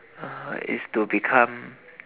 uh is to become